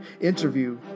interview